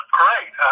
great